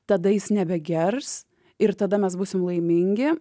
tada jis nebegers ir tada mes būsime laimingi